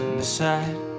decide